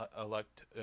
elect